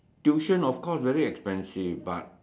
tuition of course very expensive but